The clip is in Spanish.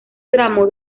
tramo